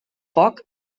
foc